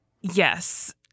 Yes